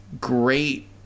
great